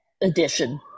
edition